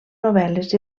novel·les